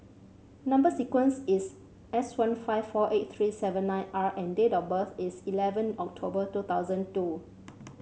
number sequence is S one five four eight three seven nine R and date of birth is eleven October two thousand two